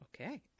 Okay